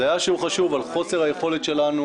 זה היה שיעור חשוב על חוסר היכולת שלנו